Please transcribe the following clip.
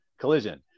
collision